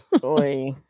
Boy